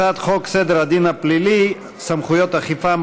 הצעת חוק סדר הדין הפלילי (סמכויות אכיפה,